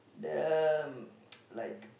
the like